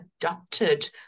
adopted